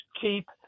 keep –